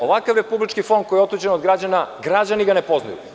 Ovakav Republički fond koji je otuđen od građana, građani ga ne poznaju.